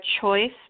choice